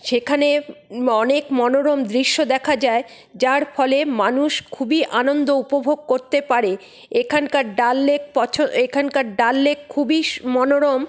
সেখানে অনেক মনোরম দৃশ্য দেখা যায় যার ফলে মানুষ খুবই আনন্দ উপভোগ করতে পারে এখানকার ডাল লেক পছো এখানকার ডাল লেক খুবই শ মনোরম